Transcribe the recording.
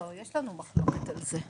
לא, יש לנו מחלוקת על זה.